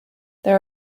there